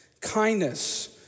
kindness